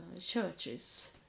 churches